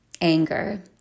anger